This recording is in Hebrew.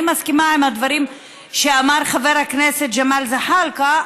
אני מסכימה לדברים שאמר חבר הכנסת ג'מאל זחאלקה,